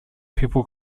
people